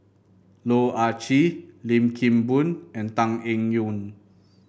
Loh Ah Chee Lim Kim Boon and Tan Eng Yoon